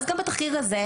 אז גם בתחקיר הזה,